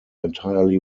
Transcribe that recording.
entirely